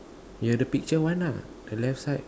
yeah the picture one ah the left side